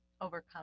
overcome